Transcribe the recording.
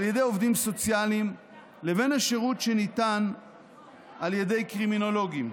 ידי עובדים סוציאליים לבין השירות הניתן על ידי קרימינולוגים.